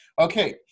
Okay